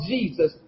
Jesus